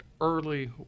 early